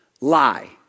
lie